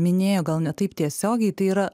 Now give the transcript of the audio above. minėjo gal ne taip tiesiogiai tai yra